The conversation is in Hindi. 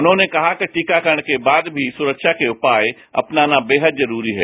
उन्होंने कहा कि टीकाकरण के बाद भी सुरक्षा के उपाय अपनाना बेहद जरूरी है